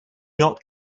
not